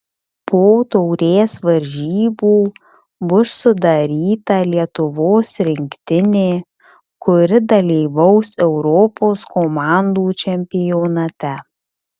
po taurės varžybų bus sudaryta lietuvos rinktinė kuri dalyvaus europos komandų čempionate